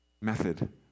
method